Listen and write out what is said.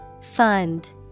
Fund